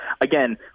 again